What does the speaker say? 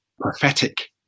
prophetic